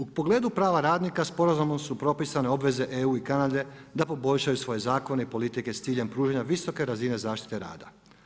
U pogledu prava radnika, sporazumom su propisane obveze EU i Kanade da poboljšaju svoje zakone i politike s ciljem pružanja visoke razine zaštite rada.